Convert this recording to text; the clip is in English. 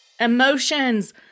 Emotions